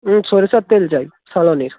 উম সরিষার তেল চাই সরোনির